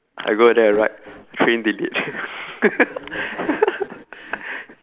I go there and write train delayed